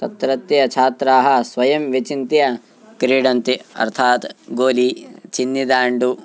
तत्रत्य छात्राः स्वयं विचिन्त्य क्रीडन्ति अर्थात् गोलि चिन्निदाण्डु